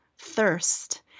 thirst